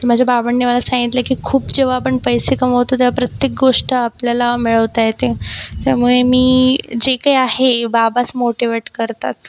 माझ्या बाबांनी मला सांगितलं की खूप जेव्हा आपण पैसे कमवतो तेव्हा प्रत्येक गोष्ट आपल्याला मिळवता येते त्यामुळे मी जे काही आहे बाबाच मोटीवेट करतात